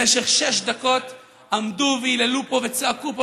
במשך שש דקות עמדו וייללו פה וצעקו פה